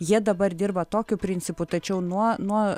jie dabar dirba tokiu principu tačiau nuo nuo